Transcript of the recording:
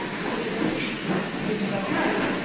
fits into that narrative,